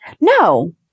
No